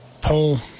pull